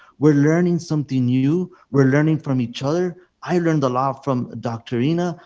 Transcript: we are learning something new. we are learning from each other. i learned a lot from dr. ina.